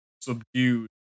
subdued